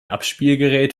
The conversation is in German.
abspielgerät